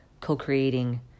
Co-creating